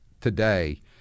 today